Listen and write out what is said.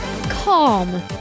calm